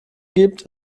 gibt